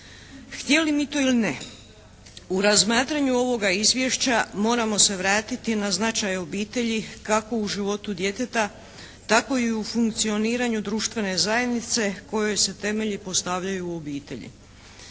Htjeli mi to ili ne u razmatranju ovoga izvješća moramo se vratiti na značaj obitelji kako u životu djeteta tako i u funkcioniranju društvene zajednice kojoj se temelji postavljaju u obitelji.